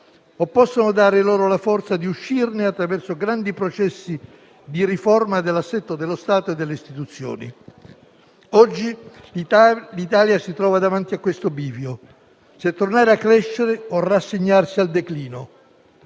o possono dare loro la forza di uscirne attraverso grandi processi di riforma dell'assetto dello Stato e delle istituzioni. Oggi l'Italia si trova davanti a questo bivio: tornare a crescere o rassegnarsi al declino.